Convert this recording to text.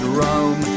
roam